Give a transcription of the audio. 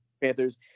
panthers